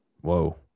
Whoa